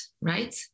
right